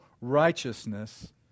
righteousness